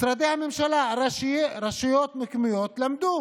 משרדי הממשלה ורשויות מקומיות למדו